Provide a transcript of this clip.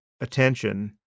attention